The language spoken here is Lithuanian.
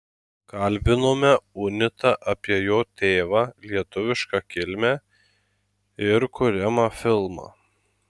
kalbinome unitą apie jo tėvą lietuvišką kilmę ir kuriamą filmą